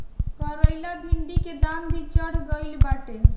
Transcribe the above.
करइली भिन्डी के दाम भी चढ़ गईल बाटे